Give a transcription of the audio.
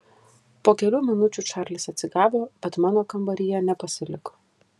po kelių minučių čarlis atsigavo bet mano kambaryje nepasiliko